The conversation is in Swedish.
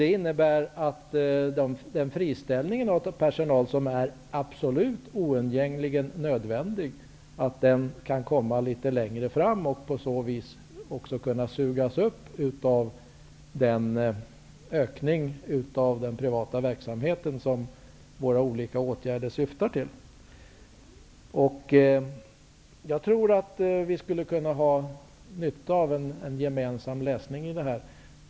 Det innebär att den friställning av personal som är absolut oundgängligen nödvändig kan komma litet längre fram och att effekterna av den på så vis kan sugas upp av den ökning av den privata verksamheten som våra olika åtgärder syftar till. Jag tror att vi skulle kunna dra nytta av en gemensam läsning av resultaten av vår enkät.